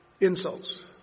insults